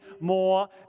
more